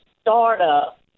startup